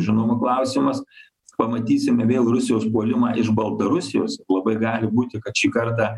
žinoma klausimas pamatysime vėl rusijos puolimą iš baltarusijos labai gali būti kad šį kartą